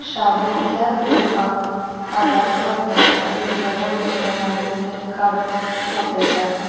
शाबू तेल मोडपाक आदार करता आनी गरम उदकां लागून तें काडप सोपें जाता